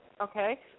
Okay